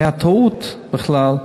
הייתה טעות, בכלל,